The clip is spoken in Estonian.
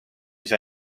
mis